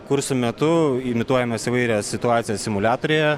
kursų metu imituojamos įvairias situacijas simuliatoriuje